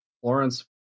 Florence